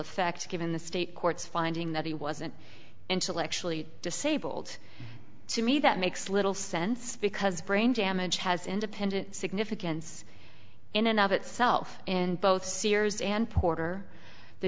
effect given the state courts finding that he wasn't intellectually disabled to me that makes little sense because brain damage has independent significance in and of itself in both sears and porter the